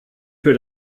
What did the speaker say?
für